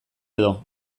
edo